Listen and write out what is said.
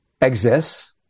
exists